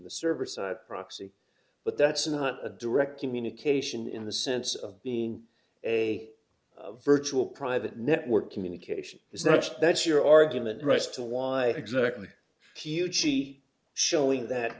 the server side proxy but that's not a direct communication in the sense of being a virtual private network communication is the next that's your argument rights to why exactly huge she showing that